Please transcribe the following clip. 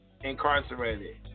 incarcerated